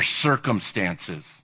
circumstances